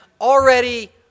already